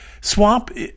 Swamp